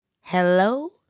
Hello